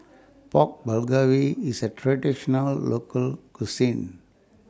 Pork Bulgogi IS A Traditional Local Cuisine